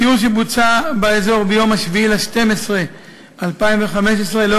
בסיור שבוצע ביום 7 בדצמבר 2015 באזור,